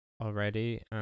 already